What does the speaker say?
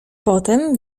potem